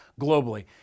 globally